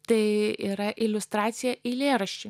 tai yra iliustracija eilėraščiui